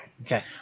Okay